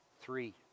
Three